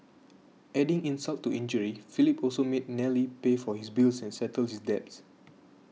adding insult to injury Philip also made Nellie pay for his bills and settle his debts